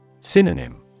Synonym